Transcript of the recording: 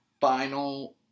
final